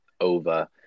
over